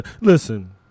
Listen